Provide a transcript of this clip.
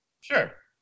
Sure